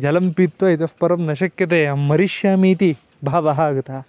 जलं पीत्वा इतः परं न शक्यते अहं मरिष्यामि इति भावः आगतः